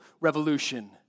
revolution